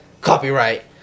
copyright